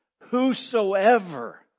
whosoever